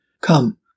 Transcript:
Come